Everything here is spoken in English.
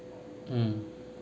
mm